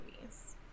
movies